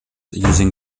using